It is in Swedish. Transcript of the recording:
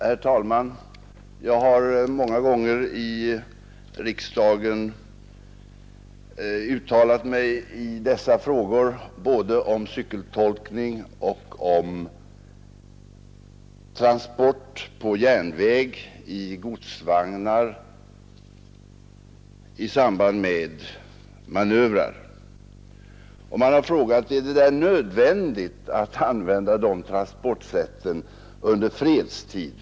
Herr talman! Jag har många gånger i riksdagen uttalat mig både om cykeltolkning och om transport på järnväg i godsvagnar i samband med manövrar. Man har frågat: Är det nödvändigt att använda de transportsätten under fredstid?